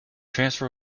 transfer